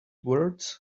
words